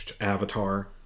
avatar